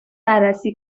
بررسی